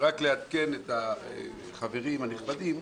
רק לעדכן את החברים הנכבדים: